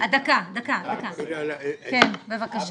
אבא שלי